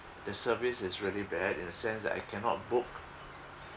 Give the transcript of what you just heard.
the service is really bad in a sense that I cannot book